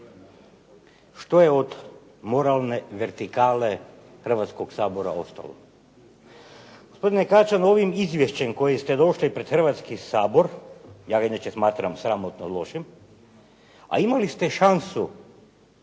Što je od moralne vertikale Hrvatskog sabora ostalo? Gospodine Kačan, ovim izvješćem kojim ste došli pred Hrvatski sabor, ja ga inače smatram sramotno lošim, a imali ste šansu